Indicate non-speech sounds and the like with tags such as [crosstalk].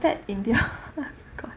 that india [laughs] I forgot